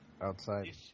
Outside